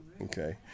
Okay